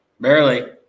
Barely